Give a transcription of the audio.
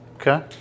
Okay